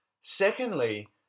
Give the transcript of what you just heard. Secondly